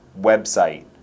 website